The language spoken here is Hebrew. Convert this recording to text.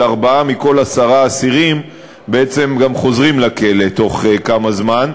דומני שארבעה מכל עשרה אסירים גם חוזרים לכלא בתוך כמה זמן,